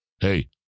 Hey